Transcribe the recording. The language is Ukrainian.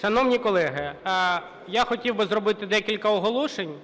Шановні колеги, я хотів би зробити декілька оголошень,